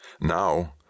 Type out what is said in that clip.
Now